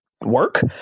work